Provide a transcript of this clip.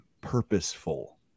purposeful